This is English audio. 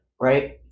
right